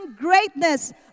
greatness